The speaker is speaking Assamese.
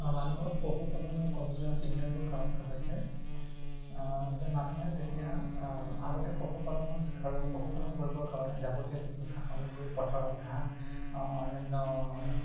মানুহৰ পশুপালনৰ কমি যোৱাৰ তিনি নম্বৰ কাৰণটো হৈছে যে মানুহে যেতিয়া আ আগতে পশুপালনৰ আৰু পশুপালন কৰিবৰ কাৰণে যাৱতীয় যিখিনি সা সামগ্ৰী পথাৰত ঘাঁহ আ অন্যান্য